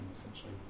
essentially